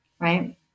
right